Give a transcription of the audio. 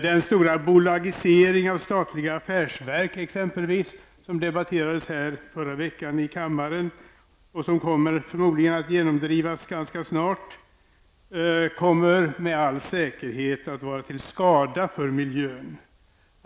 Den stora bolagisering av statliga affärsverk som exempelvis debatterades här i förra veckan i kammaren, och som förmodligen kommer att genomdrivas ganska snart, kommer med all säkerhet att vara till skada för miljön.